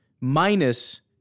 minus